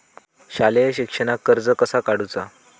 शालेय शिक्षणाक कर्ज कसा काढूचा?